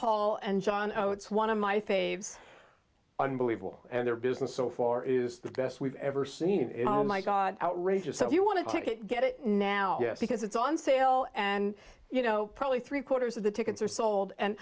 hall and john oates one of my faves unbelievable and their business so for is the best we've ever seen oh my god outrageous so you want to get it now because it's on sale and you know probably three quarters of the tickets are sold and